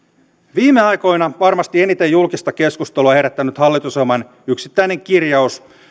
viime aikoina varmasti eniten julkista keskustelua herättänyt hallitusohjelman yksittäinen kirjaus